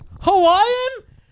Hawaiian